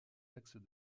axes